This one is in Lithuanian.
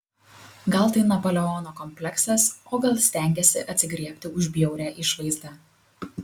gal tai napoleono kompleksas o gal stengiasi atsigriebti už bjaurią išvaizdą